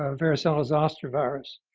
ah varicella zoster virus,